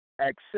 Accept